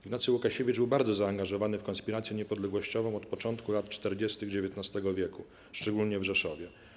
Ignacy Łukasiewicz był bardzo zaangażowany w konspirację niepodległościową od początku lat 40. XIX w., szczególnie w Rzeszowie.